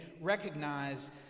recognize